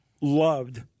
loved